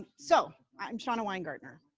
so i'm shawna weingartner.